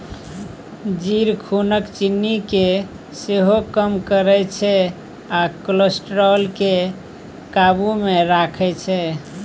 जीर खुनक चिन्नी केँ सेहो कम करय छै आ कोलेस्ट्रॉल केँ काबु मे राखै छै